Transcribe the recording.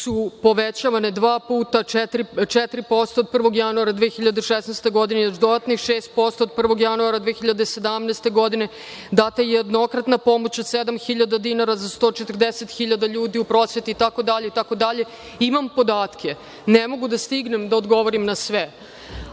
su povećavane dva puta, 4%, 1. januara 2016. godine još dodatnih 6%, 1. januara 2017. godine data je jednokratna pomoć od sedam hiljada dinara za 140 hiljada ljudi u prosveti itd, itd. Imam podatke, ne mogu da stignem da odgovorim na sve,